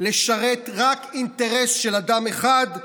לשרת רק אינטרס של אדם אחד,